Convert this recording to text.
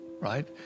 right